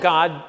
God